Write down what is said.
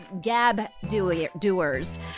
gab-doers